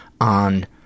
on